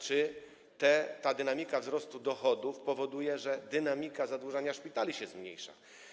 Czy ta dynamika wzrostu dochodów powoduje, że dynamika zadłużania szpitali się zmniejsza?